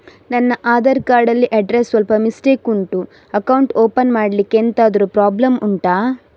ನನ್ನ ಆಧಾರ್ ಕಾರ್ಡ್ ಅಲ್ಲಿ ಅಡ್ರೆಸ್ ಸ್ವಲ್ಪ ಮಿಸ್ಟೇಕ್ ಉಂಟು ಅಕೌಂಟ್ ಓಪನ್ ಮಾಡ್ಲಿಕ್ಕೆ ಎಂತಾದ್ರು ಪ್ರಾಬ್ಲಮ್ ಉಂಟಾ